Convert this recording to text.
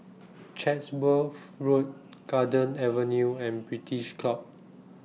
Chatsworth Road Garden Avenue and British Club